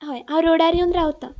हय हांव रोडार येवन रावतां